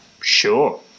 Sure